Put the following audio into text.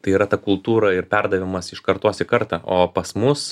tai yra ta kultūra ir perdavimas iš kartos į kartą o pas mus